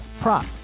prop